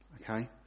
Okay